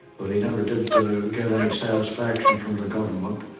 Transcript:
but he never did get any satisfaction from the government.